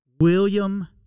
William